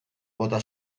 bota